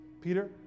Peter